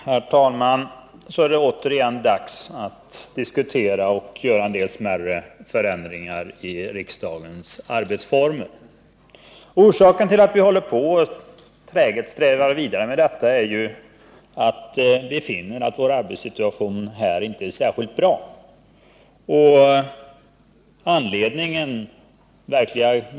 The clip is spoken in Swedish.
Herr talman! Så är det återigen dags att diskutera riksdagens arbetsformer och göra en del smärre förändringar. Orsaken till att vi träget strävar vidare med detta är att vi finner att vår arbetssituation här inte är särskilt bra.